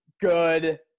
Good